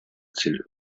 цель